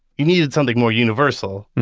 you needed something more universal.